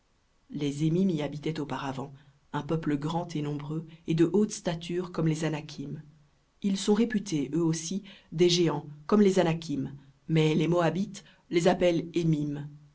les émim y habitaient auparavant un peuple grand et nombreux et de haute stature comme les anakim ils sont réputés eux aussi des géants comme les anakim mais les moabites les appellent émim